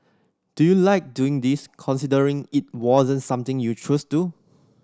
do you like doing this considering it wasn't something you chose do